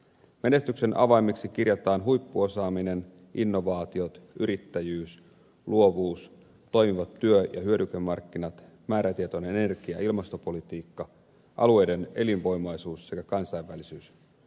menestyksen avaimiksi kirjataan huippuosaaminen innovaatiot yrittäjyys luovuus toimivat työ ja hyödykemarkkinat määrätietoinen energia ja ilmastopolitiikka alueiden elinvoimaisuus sekä kansainvälisyys